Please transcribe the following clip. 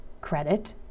credit